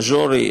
מז'ורי,